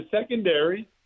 secondary